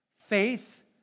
Faith